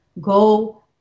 go